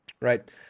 right